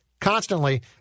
constantly